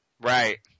Right